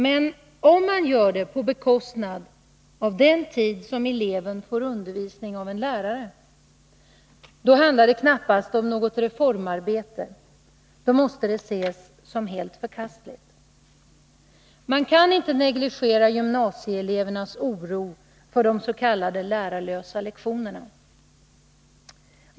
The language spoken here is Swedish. Men om man gör det på bekostnad av den tid som eleven får undervisning av en lärare, handlar det knappast om något reformarbete, utan det måste ses som helt förkastligt. Man kan inte negligera gymnasieelevernas oro för de s.k. lärarlösa lektionerna.